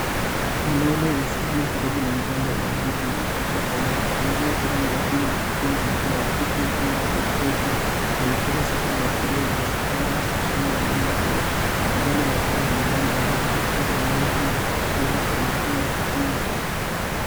Mwanaume wanasimama karibu na mgomba wa ndizi uliokomaa amevaa fulana ya blue na kofia ya madoa huku mikono yake ikiwa juu ikielekeza sehemu ya shina imeshikana na mmea huo, majani mapana ya migomba yamezunguka eneo hilo ikioyesha mazingira ya kilimo.